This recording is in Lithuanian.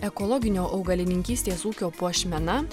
ekologinio augalininkystės ūkio puošmena